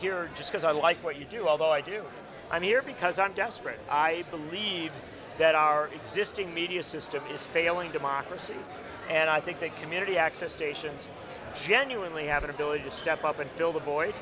here just because i like what you do although i do i'm here because i'm desperate i believe that our existing media system is failing democracy and i think the community access stations genuinely have an ability to step up and fill the void